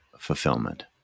fulfillment